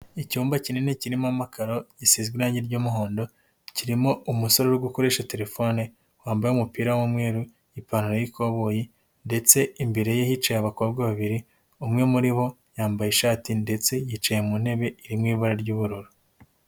Icyumba kinini kirimo amakararo gisizwe irange ry'umuhondo, kirimo umusore uri gukoresha terefone wambaye umupira w'umweru, ipantaro y'ikoboyi ndetse imbere ye hicaye abakobwa babiri, umwe muri bo yambaye ishati ndetse yicaye mu ntebe iri mu ibara ry'ubururu.